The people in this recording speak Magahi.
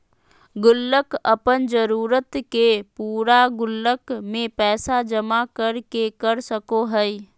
गुल्लक अपन जरूरत के पूरा गुल्लक में पैसा जमा कर के कर सको हइ